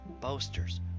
boasters